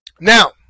Now